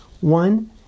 One